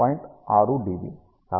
6 dB